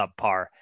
subpar